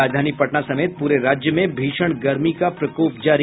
और राजधानी पटना समेत पूरे राज्य में भीषण गर्मी का प्रकोप जारी